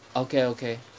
okay okay